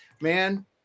man